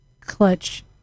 clutch